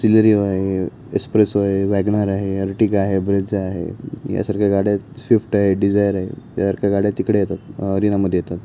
Celerio आहे Espresso आहे WagonR आहे अर्टिका आहे ब्रिझा आहे यासारख्या गाड्या स्विफ्ट आहे डिझायर आहे त्यासारख्या गाड्या तिकडे येतात अरिनामध्ये येतात